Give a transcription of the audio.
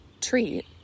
treat